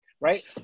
right